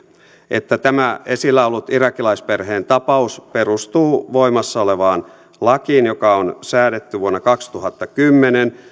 että tämä esillä ollut irakilaisperheen tapaus perustuu voimassa olevaan lakiin joka on säädetty vuonna kaksituhattakymmenen